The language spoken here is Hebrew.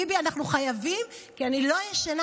ביבי, אנחנו חייבים, כי אני לא ישנה.